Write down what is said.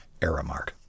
Aramark